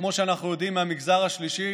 כמו שאנחנו יודעים מהמגזר השלישי,